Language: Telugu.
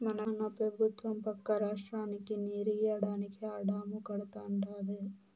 మన పెబుత్వం పక్క రాష్ట్రానికి నీరియ్యడానికే ఆ డాము కడతానంటాంది